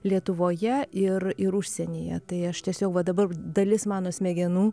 lietuvoje ir ir užsienyje tai aš tiesiog va dabar dalis mano smegenų